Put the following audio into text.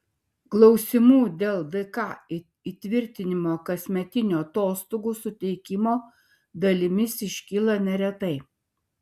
klausimų dėl dk įtvirtinto kasmetinių atostogų suteikimo dalimis iškyla neretai